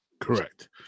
Correct